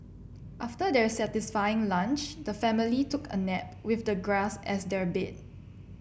after their satisfying lunch the family took a nap with the grass as their bed